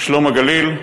"שלום הגליל",